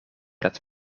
dat